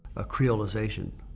a creolization.